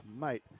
mate